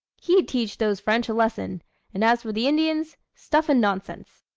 he'd teach those french a lesson and as for the indians stuff and nonsense!